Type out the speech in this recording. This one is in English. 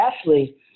Ashley